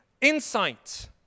insight